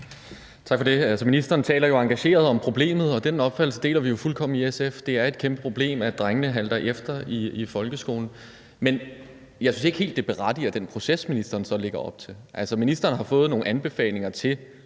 Tak for det. Ministeren taler jo engageret om problemet, og den opfattelse deler vi fuldkommen i SF. Det er et kæmpeproblem, at drengene halter efter i folkeskolen. Men jeg synes ikke helt, det berettiger den proces, ministeren så lægger op til. Altså, ministeren har fået nogle anbefalinger til,